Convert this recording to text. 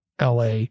LA